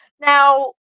Now